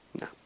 no